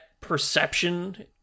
perception